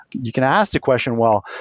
you can ask a question, well,